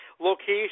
Location